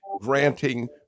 granting